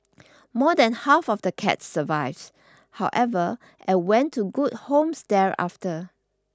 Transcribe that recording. more than half of the cats survived however and went to good homes there after